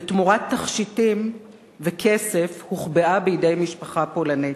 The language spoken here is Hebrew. ותמורת תכשיטים וכסף הוחבאה בידי משפחה פולנית.